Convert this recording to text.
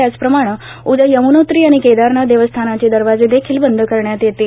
त्याचप्रमाणे उद्या यमुनोत्री आणि केदारवाय देवस्थानाचे दरवाजे देखिल बंद करण्यात येतील